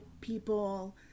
people